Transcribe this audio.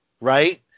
right